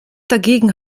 dagegen